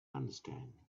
understand